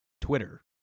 Twitter